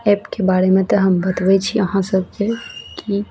एपके बारेमे तऽ हम बतबैत छी अहाँ सबके कि